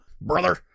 brother